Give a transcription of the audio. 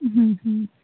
হুম হুম